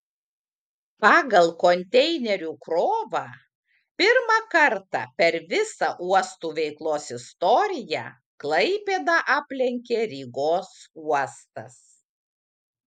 pagal konteinerių krovą pirmą kartą per visa uostų veiklos istoriją klaipėdą aplenkė rygos uostas